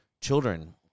children